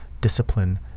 discipline